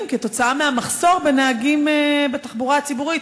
כתוצאה מהמחסור בנהגים בתחבורה הציבורית?